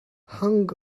hung